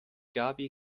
gaby